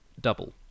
double